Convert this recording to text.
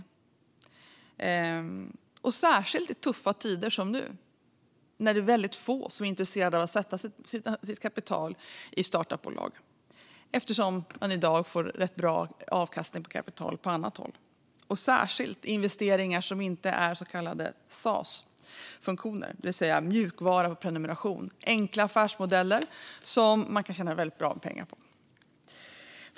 Det gäller särskilt i tuffa tider som nu, när väldigt få är intresserade av att sätta sitt kapital i startup-bolag eftersom man i dag får rätt bra avkastning på kapital på annat håll - särskilt i investeringar som inte är så kallade Saas-funktioner, det vill säga mjukvara på prenumeration, enkla affärsmodeller som man kan tjäna väldigt bra med pengar på.